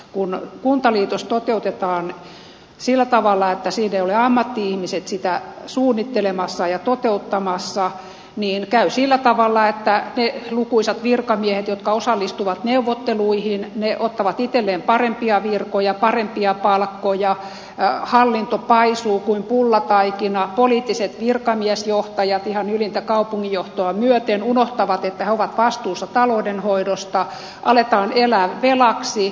kun kuntaliitos toteutetaan sillä tavalla että siinä eivät ole ammatti ihmiset sitä suunnittelemassa ja toteuttamassa niin käy sillä tavalla että ne lukuisat virkamiehet jotka osallistuvat neuvotteluihin ottavat itselleen parempia virkoja parempia palkkoja hallinto paisuu kuin pullataikina poliittiset virkamiesjohtajat ihan ylintä kaupunginjohtoa myöten unohtavat että he ovat vastuussa taloudenhoidosta aletaan elää velaksi